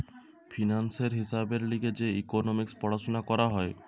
ফিন্যান্সের হিসাবের লিগে যে ইকোনোমিক্স পড়াশুনা করা হয়